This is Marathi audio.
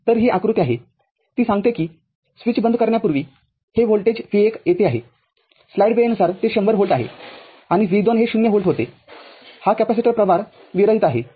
तर ही आकृती आहे ती सांगते कि स्विच बंद करण्यापूर्वी हे व्होल्टेज v१ येथे आहे स्लाईड वेळेनुसार ते १०० व्होल्ट आहे आणि v२ हे ० व्होल्ट होते हा कॅपेसिटर प्रभार विरहीत आहे